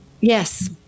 Yes